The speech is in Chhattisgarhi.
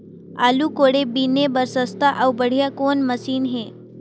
आलू कोड़े बीने बर सस्ता अउ बढ़िया कौन मशीन हे?